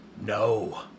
No